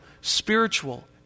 spiritual